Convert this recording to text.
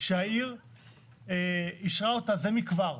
שהעיר אישרה אותה זה מכבר,